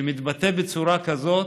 שמתבטא בצורה כזאת,